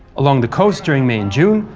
along the coast during may and june,